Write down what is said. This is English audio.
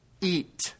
eat